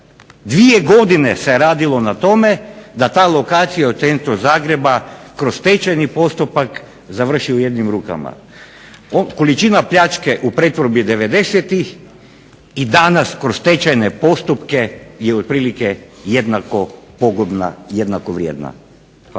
dvije godine se radilo na tome da ta lokacija u centru Zagreba kroz stečajni postupak završi u jednim rukama. Količina pljačke u pretvorbi '90.-tih i danas kroz stečajne postupke je otprilike jednako pogubna, jednako vrijedna. Hvala.